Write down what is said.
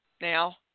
now